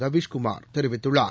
ரவீஸ்குமார் தெரிவித்துள்ளார்